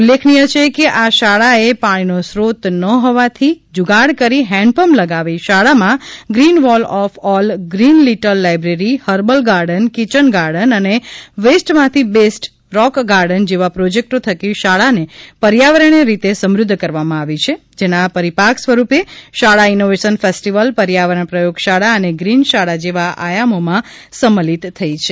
ઉલ્લેખનીય છે કેઆશાળાએ પાણીનો સ્રોત ન હોવાથી જૂગાડ કરી હેન્ડપમ્પ લગાવી શાળામાં green wall of all green little library herbal garden kitchen garden અને વેસ્ટમાંથી બેસ્ટરોક ગાર્ડન જેવા પ્રોજેક્ટો થકી શાળાને પર્યાવરણીય રીતે સમુદ્વકરવામાં આવી છે જેના પરિપાક સ્વરૂપે શાળા ઇનોવેશન ફેસ્ટીવલ પર્યાવરણ પ્રયોગશાળા અને ગ્રીન શાળા જેવા આયામોમાં સંમ્મિલીત થઈ છે